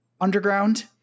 Underground